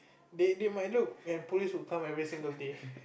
they might look when police would come every single day